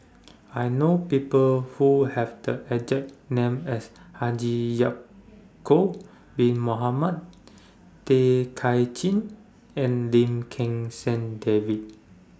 I know People Who Have The exact name as Haji Ya'Acob Bin Mohamed Tay Kay Chin and Lim Kim San David